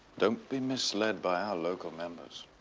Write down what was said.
don't be misled by our local members.